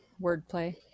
Wordplay